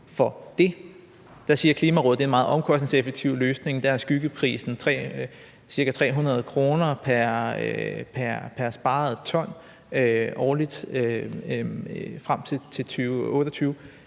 for det, og der siger Klimarådet, at det er en meget omkostningseffektiv løsning. Der er skyggeprisen ved det ca. 300 kr. pr. sparet ton årligt frem til 2028.